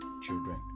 children